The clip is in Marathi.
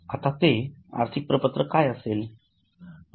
आता ते आर्थिक प्रपत्र काय असेल